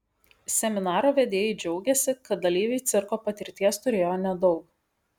seminaro vedėjai džiaugėsi kad dalyviai cirko patirties turėjo nedaug